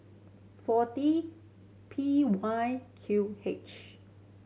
forty P Y Q H